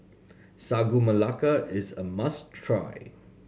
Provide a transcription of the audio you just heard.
Sagu Melaka is a must try